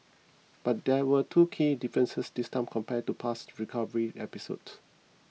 but there were two key differences this time compared to past recovery episode